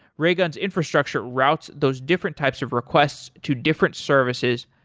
raygun's infrastructure routes those different types of requests to different services,